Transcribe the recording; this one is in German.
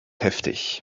heftig